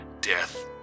death